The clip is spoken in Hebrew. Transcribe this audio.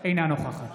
אינה נוכחת